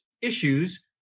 issues